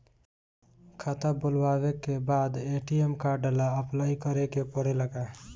खाता खोलबाबे के बाद ए.टी.एम कार्ड ला अपलाई करे के पड़ेले का?